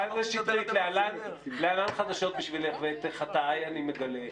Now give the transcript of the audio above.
להלן חדשות בשבילך, ואת חטאיי אני מגלה.